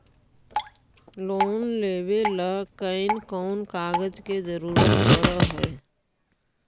Loan लेबे ल कैन कौन कागज के जरुरत पड़ है?